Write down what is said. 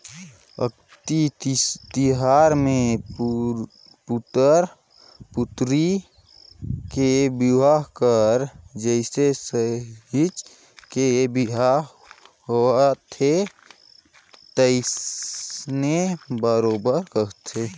अक्ती तिहार मे पुतरा पुतरी के बिहाव हर जइसे सहिंच के बिहा होवथे तइसने बरोबर करथे